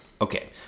Okay